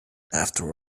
after